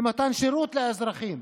מתן שירות לאזרחים,